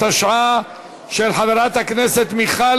התשע"ה 2015,